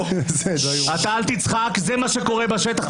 זה מה שקורה בשטח.